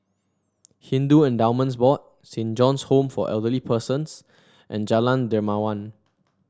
Hindu Endowments Board Saint John's Home for Elderly Persons and Jalan Dermawan